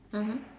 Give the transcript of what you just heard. mmhmm